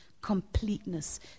completeness